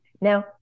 Now